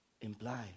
imply